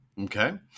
Okay